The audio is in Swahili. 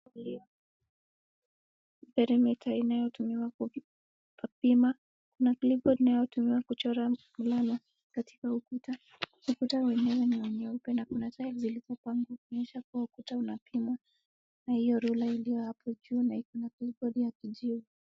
Perimeter inayotumiwa kupima na clipboard inayotumika kuchora mvulana katika ukuta. Ukuta wenyewe ni wa nyeupe na kuna tiles zilikuwa pale kuonyesha kuwa ukuta ulikuwa unapimwa na hio ruler iliyo hapo juu na kuna clipboard iliyo ya kijivu.